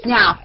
Now